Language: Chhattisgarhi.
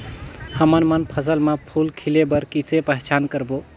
हमन मन फसल म फूल खिले बर किसे पहचान करबो?